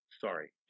sorry